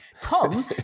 Tom